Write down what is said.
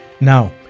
Now